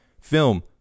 film